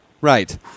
Right